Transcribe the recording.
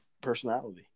personality